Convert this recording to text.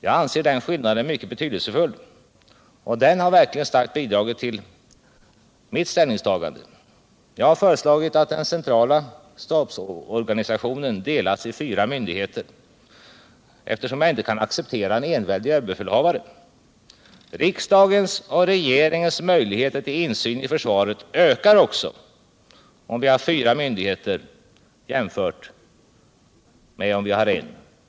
Jag anser denna skillnad betydelsefull, och den har starkt bidragit till mitt ställningstagande. Jag har föreslagit att den centrala stabsorganisationen delas i fyra myndigheter, då jag inte kan acceptera en enväldig överbefälhavare. Riksdagens och regeringens möjligheter till insyn i försvaret ökar också om vi har fyra myndigheter i stället för en.